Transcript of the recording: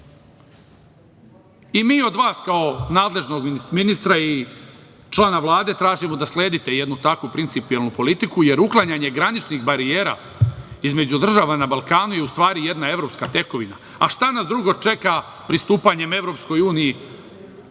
od vas, kao nadležnog ministra i člana Vlade, tražimo da sledite jednu takvu principijelnu politiku, jer uklanjanje graničnih barijera između država na Balkanu je u stvari jedna evropska tekovina. A šta nas drugo čeka pristupanjem EU nego